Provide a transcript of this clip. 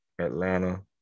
Atlanta